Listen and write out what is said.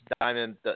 diamond